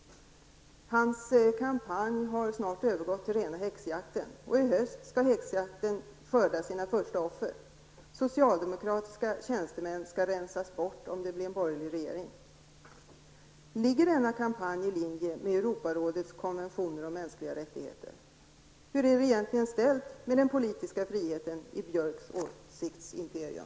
Hans kampanj har snart övergått till rena häxjakten. I höst skall häxjakten skörda sina första offer. Socialdemokratiska tjänstemän skall rensas bort om det blir en borgerlig regering. Ligger denna kampanj i linje med Europarådets konventioner om mänskliga rättigheter? Hur är det egentligen ställt med den politiska friheten i Anders Björcks åsiktsimperium?